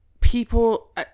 People